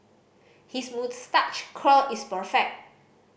his moustache curl is perfect